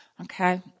Okay